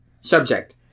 Subject